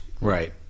right